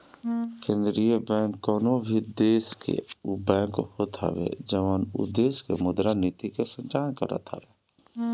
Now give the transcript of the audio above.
केंद्रीय बैंक कवनो भी देस के उ बैंक होत हवे जवन उ देस के मुद्रा नीति के संचालन करत हवे